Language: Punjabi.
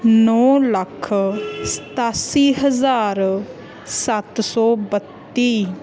ਨੌਂ ਲੱਖ ਸਤਾਸੀ ਹਜ਼ਾਰ ਸੱਤ ਸੌ ਬੱਤੀ